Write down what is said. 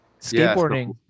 Skateboarding